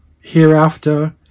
hereafter